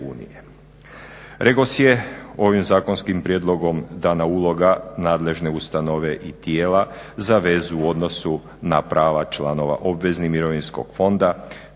REGOS-u je ovim zakonskim prijedlogom dana uloga nadležne ustanove i tijela za vezu u odnosu na prava članova obveznih mirovinskog fonda